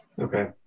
Okay